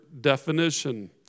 definition